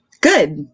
good